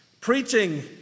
Preaching